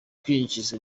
kwinjiza